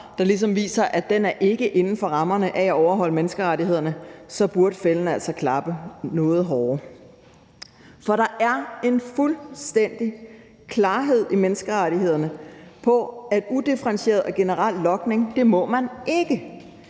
der viser ikke er inden for rammerne af at overholde menneskerettighederne, så burde fælden altså klappe noget hårdere, for der er en fuldstændig klarhed i menneskerettighederne om, at udifferentieret og generel logning må man ikke.